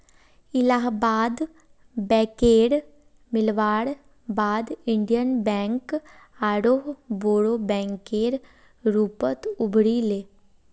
इलाहाबाद बैकेर मिलवार बाद इन्डियन बैंक आरोह बोरो बैंकेर रूपत उभरी ले